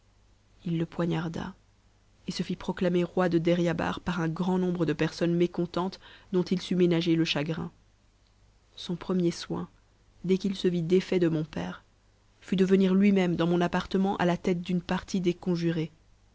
il le poignarda et se fit proclamer roi de deryabar par un grand nombre de personnes mécontentes dont il sut ménager le chagrin son premier soin dès qu'il sévit défait de mon père fut de venir luimême dans mon appartement à la tête d'une partie des conjurés